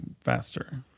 faster